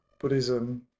Buddhism